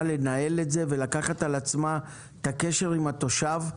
לנהל את זה ולקחת על עצמה את הקשר עם התושב,